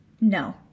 no